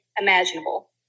imaginable